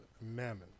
mammon